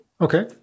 Okay